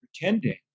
pretending